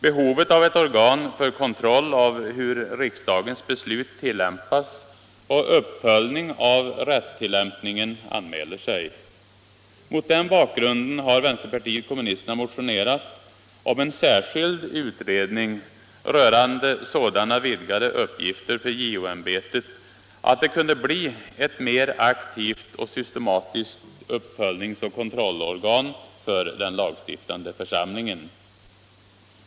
Behovet av ett organ för kontroll hur riksdagens beslut tillämpas och uppföljning av rättstillämpningen anmäler sig. Mot den bakgrunden har vänsterpartiet kommunisterna motionerat om en särskild utredning rörande sådana vidgade uppgifter för JO-ämbetet att det kunde bli ett mer aktivt och systematiskt uppföljningsoch kontrollorgan för den lagstiftande församlingen.